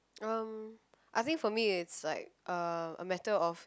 uh I think for me is like uh a matter of